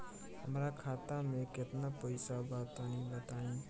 हमरा खाता मे केतना पईसा बा तनि बताईं?